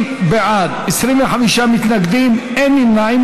60 בעד, 25 מתנגדים, אין נמנעים.